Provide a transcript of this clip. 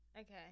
Okay